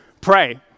pray